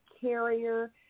carrier